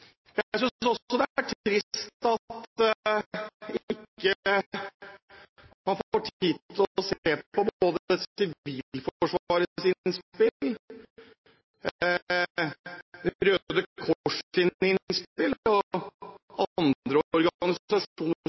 Jeg synes også det er trist at man ikke får tid til å se på både Sivilforsvarets og Røde Kors' innspill, og innspill fra andre